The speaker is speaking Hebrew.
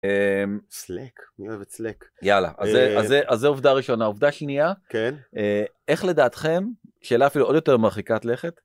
יאללה, אז זה עובדה ראשונה. עובדה שנייה, איך לדעתכם, שאלה אפילו עוד יותר מרחיקת לכת